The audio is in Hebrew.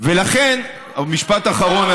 משפט אחרון,